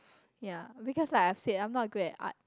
ya because like I've said I'm not good at art